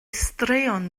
straeon